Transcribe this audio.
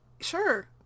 sure